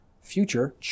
future